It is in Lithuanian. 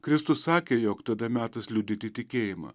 kristus sakė jog tada metas liudyti tikėjimą